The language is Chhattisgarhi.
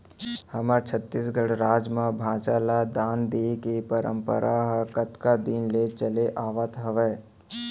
हमर छत्तीसगढ़ राज म भांचा ल दान देय के परपंरा ह कतका दिन के चले आवत हावय